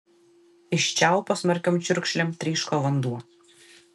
iš čiaupo smarkiom čiurkšlėm tryško vanduo